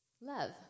Love